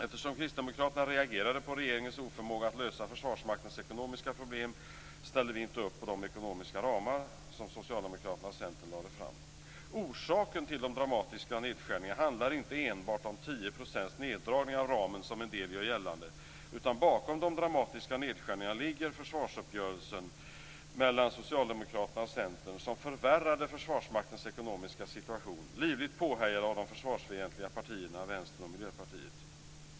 Eftersom Kristdemokraterna reagerade på regeringens oförmåga att lösa Försvarsmaktens ekonomiska problem ställde vi inte upp på de ekonomiska ramar som Socialdemokraterna och Centern lade fram. Orsaken till de dramatiska nedskärningarna handlar inte enbart om 10 % neddragningar av ramen som en del gör gällande, utan bakom de dramatiska nedskärningarna ligger försvarsuppgörelsen mellan Försvarsmaktens ekonomiska situation, livligt påhejad av de försvarsfientliga partierna Vänstern och Miljöpartiet.